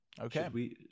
Okay